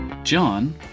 John